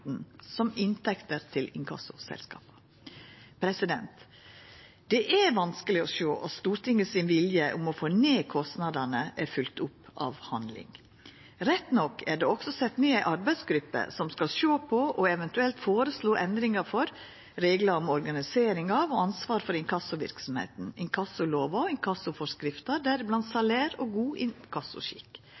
inntekter til inkassoselskap. Det er vanskeleg å sjå at Stortingets vilje om å få ned kostnadene er følgd opp med handling. Rett nok er det også sett ned ei arbeidsgruppe som skal sjå på og eventuelt føreslå endringar i: reglane om organisering av og ansvar for inkassoverksemda inkassolova og inkassoforskrifta, deriblant salæra og god inkassoskikk